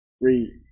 Read